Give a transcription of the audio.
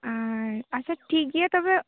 ᱟᱨ ᱟᱪᱪᱷᱟ ᱴᱷᱤᱠ ᱜᱮᱭᱟ ᱛᱚᱵᱮ